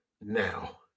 now